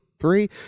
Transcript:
three